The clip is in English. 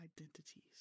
identities